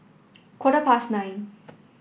quarter past nine